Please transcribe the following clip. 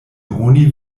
oni